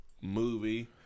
movie